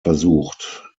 versucht